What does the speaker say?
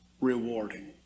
rewarding